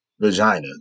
vagina